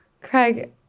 Craig